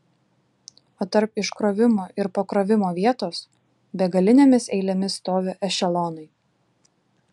o tarp iškrovimo ir pakrovimo vietos begalinėmis eilėmis stovi ešelonai